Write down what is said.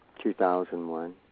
2001